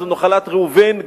זו נחלת ראובן,